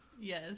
Yes